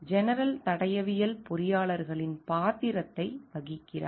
general தடயவியல் பொறியாளர்களின் பாத்திரத்தை வகிக்கிறார்